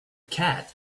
cat